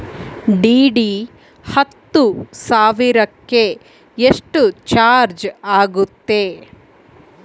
DD ಹತ್ತು ಸಾವಿರಕ್ಕೆ ಎಷ್ಟು ಚಾಜ್೯ ಆಗತ್ತೆ?